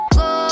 go